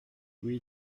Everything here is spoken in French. oui